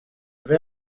vais